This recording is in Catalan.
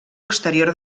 exterior